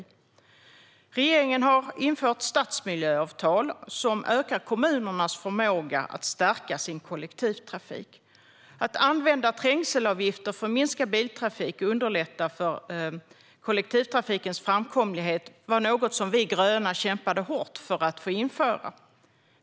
Därför har regeringen har infört stadsmiljöavtal, som ökar kommunernas förmåga att stärka sin kollektivtrafik. Att man skulle använda trängselavgifter för att minska biltrafik och underlätta kollektivtrafikens framkomlighet var något som vi gröna kämpade hårt för.